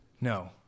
No